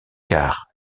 car